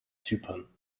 zypern